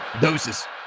doses